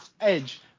Edge